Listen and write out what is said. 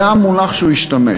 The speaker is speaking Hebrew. זה המונח שבו הוא השתמש.